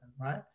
right